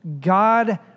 God